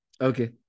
Okay